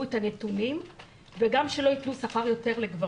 את הנתונים וגם שלא ייתנו יותר שכר לגברים.